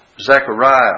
Zechariah